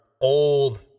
old